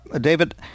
David